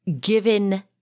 given